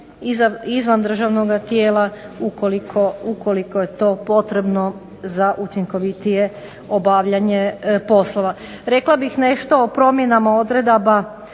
izvan državnoga tijela ukoliko je to potrebno za učinkovitije obavljanje poslova. Rekla bih nešto o promjenama odredaba